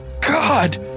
God